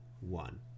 one